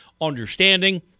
Understanding